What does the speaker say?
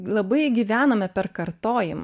labai gyvename per kartojimą